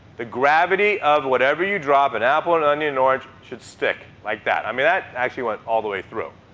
the gravity of whatever you drop an apple, an onion, an orange should stick like that. i mean, that actually went all the way through.